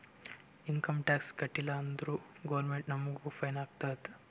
income tax ಕಟ್ಟೀಲ ಅಂದುರ್ government ನಮುಗ್ ಫೈನ್ ಹಾಕ್ತುದ್